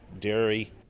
dairy